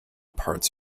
parts